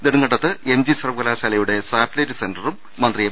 നെടുങ്കണ്ടത്ത് MG സർവ്വകലാശാലയുടെ satellite സെന്ററും മന്ത്രി എം